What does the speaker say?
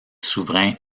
souverains